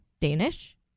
Danish